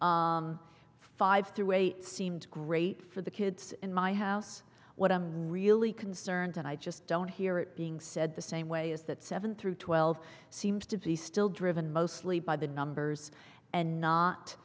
eight seemed great for the kids in my house what i'm really concerned and i just don't hear it being said the same way is that seven through twelve seems to be still driven mostly by the numbers and not